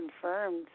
confirmed